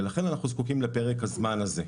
ולכן אנחנו זקוקים לפרק הזמן הזה.